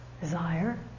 desire